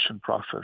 process